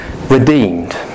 redeemed